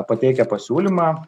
pateikę pasiūlymą